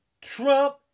Trump